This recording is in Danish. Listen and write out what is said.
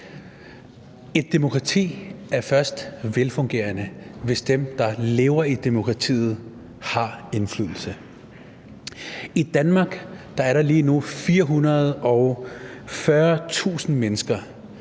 Et demokrati er først velfungerende, hvis dem, der lever i demokratiet, har indflydelse. I Danmark er der lige nu 440.000 mennesker,